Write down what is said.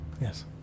Yes